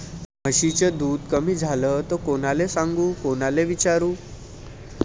म्हशीचं दूध कमी झालं त कोनाले सांगू कोनाले विचारू?